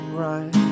right